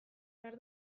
behar